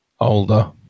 older